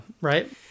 Right